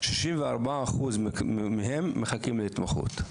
64% מהם מחכים להתמחות.